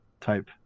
type